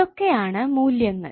ഇതൊക്കെയാണ് മൂല്യങ്ങൾ